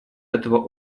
этого